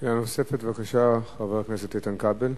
שאלה נוספת, בבקשה, חבר הכנסת איתן כבל.